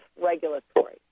Regulatory